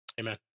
amen